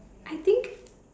I think